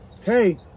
Hey